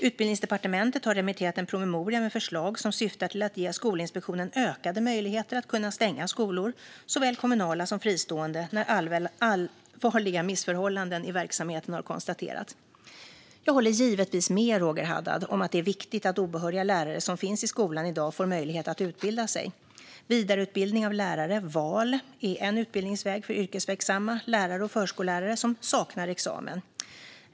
Utbildningsdepartementet har remitterat en promemoria med förslag som syftar till att ge Skolinspektionen ökade möjligheter att stänga skolor, såväl kommunala som fristående, när allvarliga missförhållanden i verksamheten har konstaterats. Jag håller givetvis med Roger Haddad om att det är viktigt att obehöriga lärare som finns i skolan i dag får möjlighet att utbilda sig. Vidareutbildning av lärare, VAL, är en utbildningsväg för yrkesverksamma lärare och förskollärare som saknar examen.